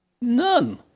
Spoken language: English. None